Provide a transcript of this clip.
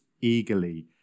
eagerly